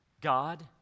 God